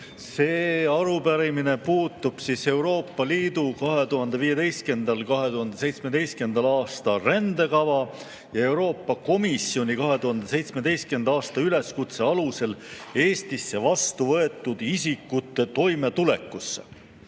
See arupärimine puudutab Euroopa Liidu 2015.–2017. aasta rändekava ja Euroopa Komisjoni 2017. aasta üleskutse alusel Eestisse vastu võetud isikute toimetulekut.